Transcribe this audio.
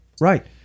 Right